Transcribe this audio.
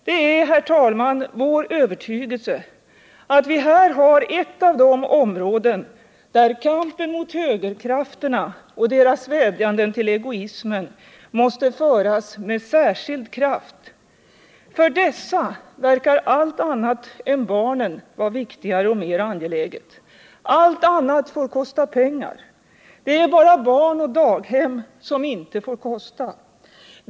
Det är, herr talman, vår övertygelse att vi här har ett av de områden där kampen mot högerkrafterna och deras vädjanden till egoismen måste föras med särskild kraft. För dessa verkar allt annat än barnen vara viktigare och mer angeläget. Allt annat får kosta pengar. Det är bara barn och daghem som inte får kosta.